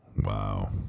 Wow